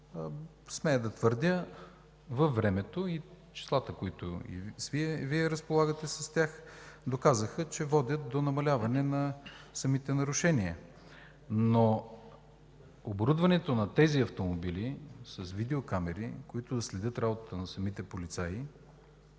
смея да твърдя, времето и числата, с които Вие разполагате, доказаха, че водят до намаляване на самите нарушения. Но оборудването на тези автомобили с видеокамери, които да следят работата на самите полицаи,